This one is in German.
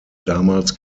damals